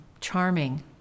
charming